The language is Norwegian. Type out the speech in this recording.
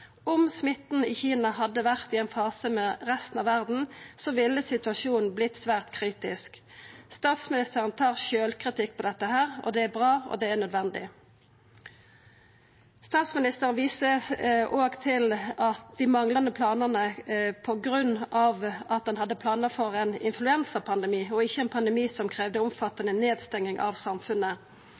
Om smitten i Kina hadde vore i ein fase med resten av verda, ville situasjonen ha vorte særs kritisk. Statsministeren tar sjølvkritikk på dette her. Det er bra, og det er nødvendig. Statsministeren viser òg til at dei manglande planane var på grunn av at ein hadde planar for ein influensapandemi, ikkje ein pandemi som kravde omfattande nedstenging av samfunnet.